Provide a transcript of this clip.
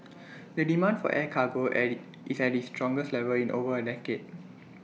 the demand for air cargo at IT is at its strongest level in over A decade